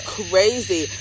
crazy